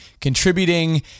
contributing